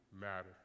matter